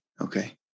Okay